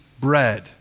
bread